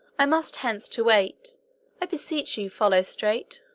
i must hence to wait i beseech you, follow straight.